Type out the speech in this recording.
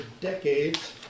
decades